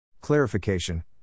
Clarification